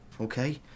Okay